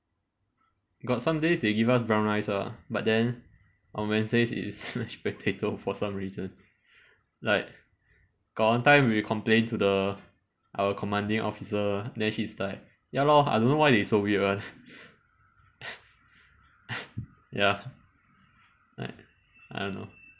got some days they give us brown rice ah but then on wednesdays is mashed potato for some reason like got one time we complain to the our commanding officer then he's like ya lor I don't know why they so weird [one] ya like I don't know